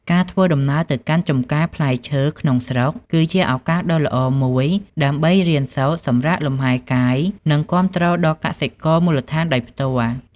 ការធ្វើដំណើរទៅកាន់ចម្ការផ្លែឈើក្នុងស្រុក គឺជាឱកាសដ៏ល្អមួយដើម្បីរៀនសូត្រ សម្រាកលំហែកាយ និងគាំទ្រដល់កសិករមូលដ្ឋានដោយផ្ទាល់។